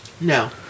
No